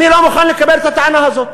אני לא מוכן לקבל את הטענה הזאת.